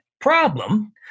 Problem